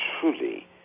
truly